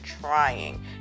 trying